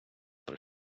про